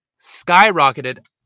skyrocketed